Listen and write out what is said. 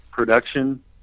production